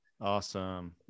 Awesome